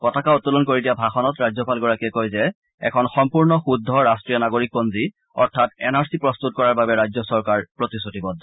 পতাকা উত্তোলন কৰি দিয়া ভাষণত ৰাজ্যপালগৰাকীয়ে কয় যে এখন সম্পূৰ্ণ শুদ্ধ ৰাষ্ট্ৰীয় নাগৰিকপঞ্জী অৰ্থাৎ এন আৰ চি প্ৰস্তুত কৰাৰ বাবে ৰাজ্য চৰকাৰ প্ৰতিশ্ৰুতিবদ্ধ